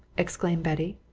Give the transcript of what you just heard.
exclaimed betty.